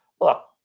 look